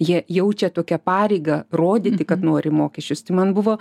jie jaučia tokią pareigą rodyti kad nori mokesčius tai man buvo